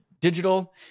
digital